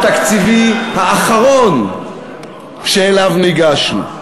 לא, המקור התקציבי האחרון שאליו ניגשנו.